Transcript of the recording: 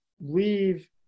leave